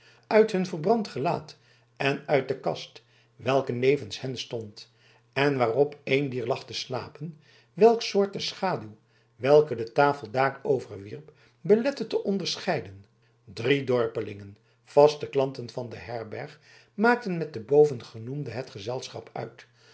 uit hun verbrand gelaat en uit de kast welke nevens hen stond en waarop een dier lag te slapen welks soort de schaduw welke de tafel daarover wierp belette te onderscheiden drie dorpelingen vaste klanten van de herberg maakten met de bovengenoemden het gezelschap uit